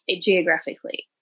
geographically